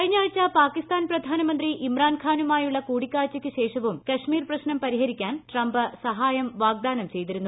കഴിഞ്ഞയാഴ്ച പാകിസ്ഥാൻ പ്രധാനമന്ത്രി ഇമ്രാൻഖാനുമായുള്ള കൂടിക്കാഴ്ചയ്ക്ക് ശേഷവും കശ്മീർ പ്രശ്നം പരിഹരിക്കാൻ ട്രംപ് സഹായം വാഗ്ദാനം ചെയ്തിരുന്നു